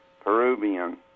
Peruvian